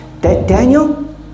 Daniel